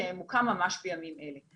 שמוקם ממש בימים אלה.